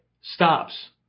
stops